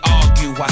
argue